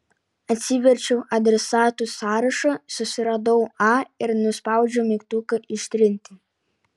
atsiverčiau adresatų sąrašą susiradau a ir nuspaudžiau mygtuką ištrinti